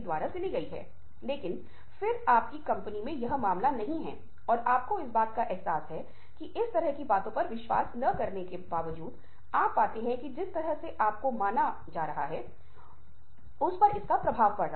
अगर मैं कहता हूं कि कृपया अगले कुछ शब्दों को कई बार सुनें अगर मैं कहता हूँ की शब्द 'द' को अच्छे से सुने तोह आप सब कुछ भूल के 'द' शब्द को ही सुनेंगे